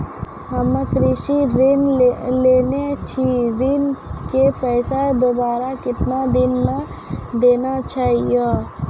हम्मे कृषि ऋण लेने छी ऋण के पैसा दोबारा कितना दिन मे देना छै यो?